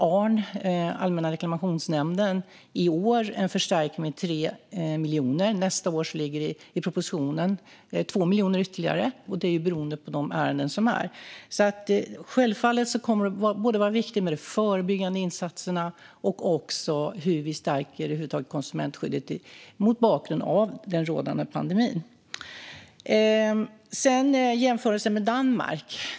Allmänna reklamationsnämnden, ARN, får i år en förstärkning på 3 miljoner kronor. Nästa år blir det enligt propositionen 2 miljoner kronor ytterligare, beroende på de ärenden som finns. Självfallet kommer det att vara viktigt både med de förebyggande insatserna och hur vi stärker konsumentskyddet mot bakgrund av den rådande pandemin. Det har gjorts jämförelser med Danmark.